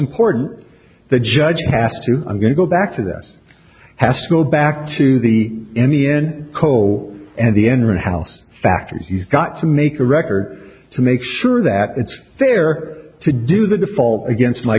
important the judge asked to i'm going to go back to this has to go back to the n e n coal and the enron house factors you've got to make a record to make sure that it's fair to do the default against my